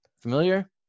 Familiar